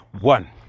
one